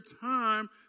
time